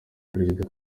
perezida